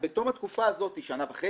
בתום התקופה הנזכרת: שנה וחצי,